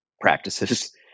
practices